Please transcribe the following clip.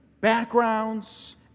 backgrounds